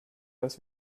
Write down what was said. dass